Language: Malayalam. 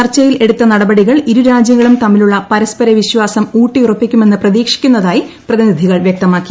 ചർച്ചയിൽ എടുത്ത നടപടികൾ ഇരുരാജ്യങ്ങളും തമ്മിലുള്ള പരസ്പര വിശ്വാസം ഊട്ടിയുറപ്പിക്കുമെന്ന് പ്രതീക്ഷിക്കുന്നതായി പ്രതിനിധികൾ വ്യക്തമാക്കി